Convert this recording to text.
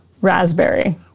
Raspberry